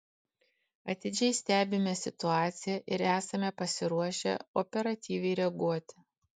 atidžiai stebime situaciją ir esame pasiruošę operatyviai reaguoti